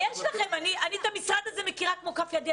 אני מכירה את המשרד הזה כמו את כף ידי,